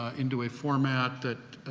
ah into a format, that